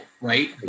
right